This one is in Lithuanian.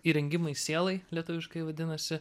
įrengimai sielai lietuviškai vadinasi